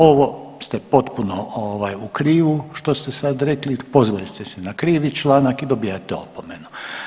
Ovo ste potpuno u krivo što ste sad rekli, pozvali ste se na krivi članak i dobivate opomenu.